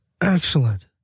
Excellent